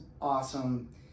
awesome